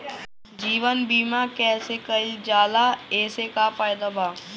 जीवन बीमा कैसे कईल जाला एसे का फायदा बा?